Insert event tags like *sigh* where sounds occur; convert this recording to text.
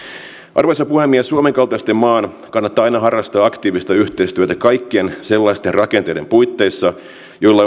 arvoisa puhemies suomen kaltaisen maan kannattaa aina harrastaa aktiivista yhteistyötä kaikkien sellaisten rakenteiden puitteissa joilla *unintelligible*